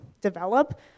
develop